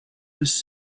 was